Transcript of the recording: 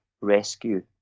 rescue